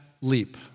leap